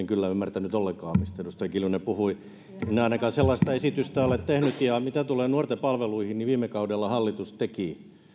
kyllä ymmärtänyt ollenkaan mistä edustaja kiljunen puhui minä ainakaan en sellaista esitystä ole tehnyt ja mitä tulee nuorten palveluihin niin viime kaudella hallitus teki